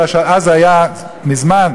אז זה היה מזמן,